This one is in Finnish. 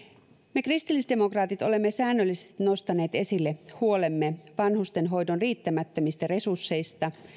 me kristillisdemokraatit olemme säännöllisesti nostaneet esille huolemme vanhustenhoidon riittämättömistä resursseista